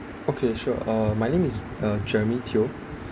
okay sure uh my name is uh jeremy teo